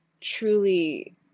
truly